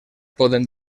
poden